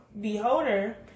beholder